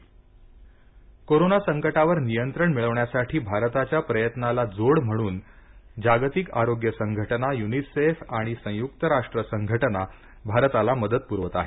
संयक्त राष्ट्र संघ कोरोंना संकटावर नियंत्रण मिळवण्यासाठी भारताच्या प्रयत्नाला जोड म्हणून जागतिक आरोग्य संघटना युनिसेफ आणि संयुक्त राष्ट्र संघटना भारताला मदत पुरवत आहेत